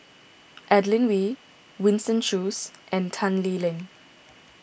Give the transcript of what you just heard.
Adeline Ooi Winston Choos and Tan Lee Leng